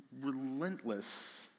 relentless